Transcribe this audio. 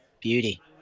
Beauty